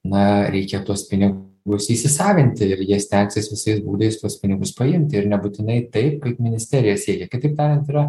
na reikia tuos pinigus įsisavinti ir jie stengsis visais būdais tuos pinigus paimti ir nebūtinai taip kaip ministerija siekia kitaip tariant yra